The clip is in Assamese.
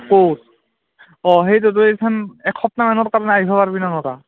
ক'ত অঁ সেইটোতো এইখান এসপ্তাহমানৰ কাৰণে আহিব পাৰিবি নে নোৱাৰা